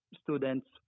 students